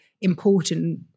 important